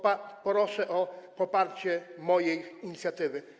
Proszę o poparcie mojej inicjatywy.